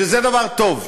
שזה דבר טוב,